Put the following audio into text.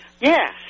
Yes